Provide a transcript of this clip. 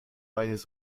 eines